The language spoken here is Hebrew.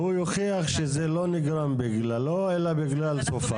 והוא יוכיח שזה לא נגרם בגללו, אלא בגלל סופה.